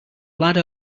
ladder